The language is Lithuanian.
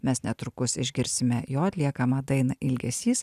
mes netrukus išgirsime jo atliekamą dainą ilgesys